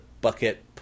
bucket